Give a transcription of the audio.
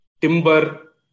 timber